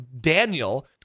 Daniel